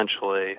essentially